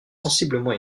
sensiblement